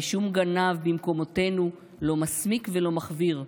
/ ושום גנב במקומותינו לא מסמיק ולא מחוויר,